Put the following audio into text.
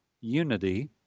unity